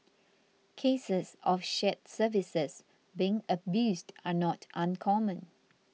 cases of shared services being abused are not uncommon